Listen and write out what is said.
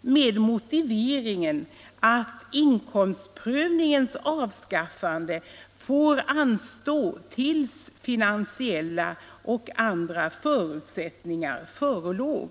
med motiveringen att detta fick anstå tills finansiella och andra förutsättningar förelåg.